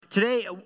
Today